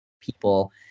people